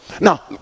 now